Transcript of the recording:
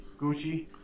Gucci